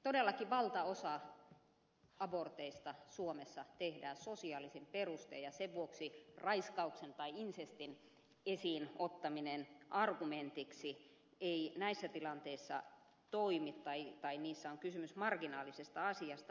todellakin valtaosa aborteista suomessa tehdään sosiaalisin perustein ja sen vuoksi raiskauksen tai insestin esiin ottaminen argumentiksi ei näissä tilanteissa toimi tai niissä on kysymys marginaalisesta asiasta